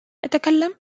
أتكلم